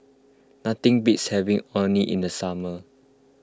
nothing beats having Orh Nee in the summer